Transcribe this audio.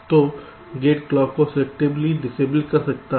तो gate clock को selectively disable कर सकता है